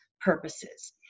purposes